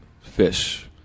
fish